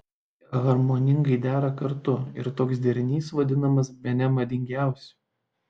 jie harmoningai dera kartu ir toks derinys vadinamas bene madingiausiu